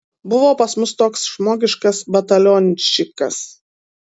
buvo pas mus toks žmogiškas batalionščikas